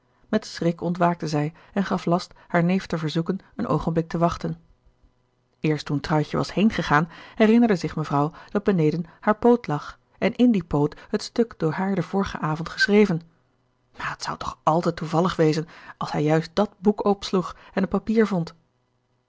met schrik ontwaakte zij en gaf last haar neef te verzoeken een oogenblik te wachten eerst toen truitje was heengegaan herinnerde zich mevrouw dat beneden haar poot lag en in die poot het stuk door haar den vorigen avond geschreven maar het zou toch al te toevallig wezen als hij juist dat boek opsloeg en het papier vond